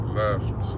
left